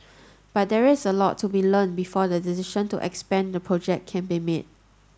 but there's a lot to be learnt before the decision to expand the project can be made